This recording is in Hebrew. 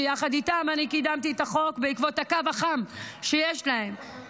שיחד איתם אני קידמתי את החוק בעקבות הקו החם שיש להם,